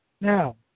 Now